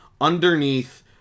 underneath